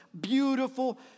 beautiful